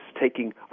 taking